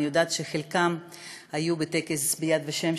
אני יודעת שחלקם היו בטקס ביד ושם,